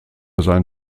sein